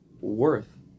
worth